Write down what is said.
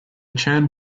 chan